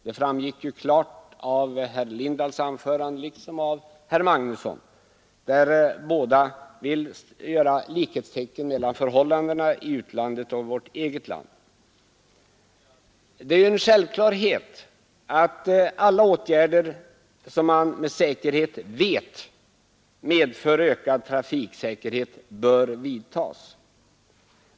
Det framgick ju klart av herr Lindahls anförande liksom av herr Magnussons i Kristinehamn: båda vill sätta likhetstecken mellan förhållandena i utlandet och i vårt eget land. Det är en självklarhet att alla åtgärder som man med säkerhet vet medför ökad trafiksäkerhet bör vidtas.